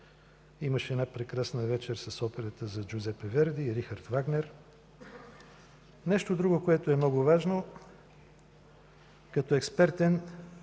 имаше и една прекрасна вечер с Операта – за Джузепе Верди и Рихард Вагнер. И нещо друго, което е много важно, като експертен